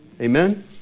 Amen